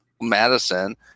Madison